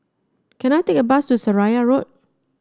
can I take a bus to Seraya Road